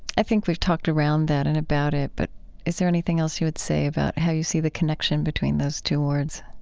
i think we've talked around that and about it, but is there anything else you would say about how you see the connection between those two words?